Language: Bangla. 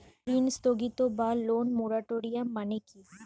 ঋণ স্থগিত বা লোন মোরাটোরিয়াম মানে কি?